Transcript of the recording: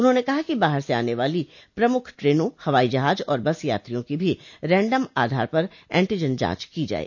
उन्होंने कहा कि बाहर से आने वाली प्रमुख ट्रेनों हवाई जहाज और बस यात्रियों की भी रैंडम आधार पर एंटीजन जांच की जाये